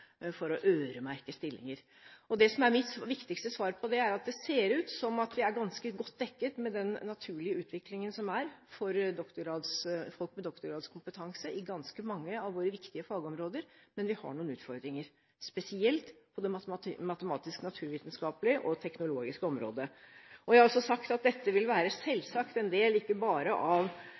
for å øremerke stillinger. Mitt viktigste svar på det er at det ser ut som om vi er ganske godt dekket, med den naturlige utviklingen som er, av folk med doktorgradskompetanse i ganske mange av våre viktige fagområder. Men vi har noen utfordringer, spesielt på det matematiske, naturvitenskapelige og teknologiske området. Jeg har også sagt at dette selvsagt ikke bare vil være en del av arbeidet med kommende forskningsmelding, men det er ikke minst en viktig del av